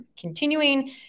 continuing